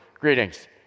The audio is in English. greetings